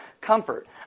comfort